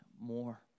more